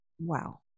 wow